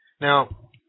Now